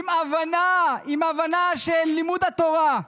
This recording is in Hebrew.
עם הבנה, עם הבנה של לימוד התורה.